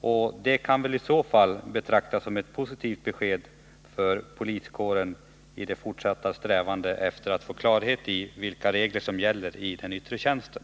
Om det är en riktig tolkning, kan det betraktas som ett positivt besked för poliskåren i dess fortsatta strävanden att få klarhet i vilka regler som gäller för den yttre tjänsten.